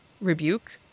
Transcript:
rebuke